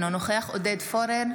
אינו נוכח עודד פורר,